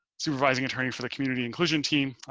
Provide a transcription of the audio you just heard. supervising attorney for the community inclusion team.